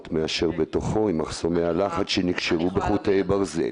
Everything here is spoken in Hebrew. מאשר בתוכו עם מחסומי הלחץ שנקשרו בחוטי ברזל.